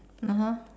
(uh huh)